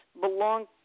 belong